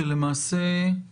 כשלמעשה על